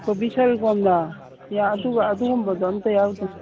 ꯀꯣꯕꯤ ꯁꯔꯒꯣꯝꯂꯣ ꯑꯗꯨꯒꯨꯝꯕꯗꯣ ꯑꯝꯇ ꯌꯥꯎꯗꯦ